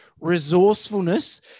resourcefulness